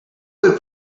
would